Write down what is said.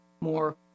more